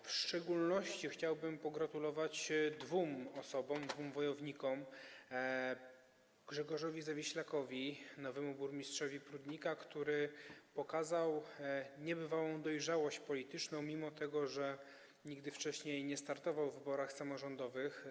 W szczególności chciałbym pogratulować dwóm osobom, dwóm bojownikom: Grzegorzowi Zawiślakowi - nowemu burmistrzowi Prudnika, który pokazał niebywałą dojrzałość polityczną, mimo że nigdy wcześniej nie startował w wyborach samorządowych.